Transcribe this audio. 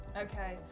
okay